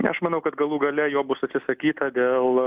ne aš manau kad galų gale jo bus atsisakyta dėl